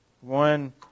One